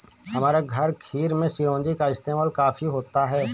हमारे घर खीर में चिरौंजी का इस्तेमाल काफी होता है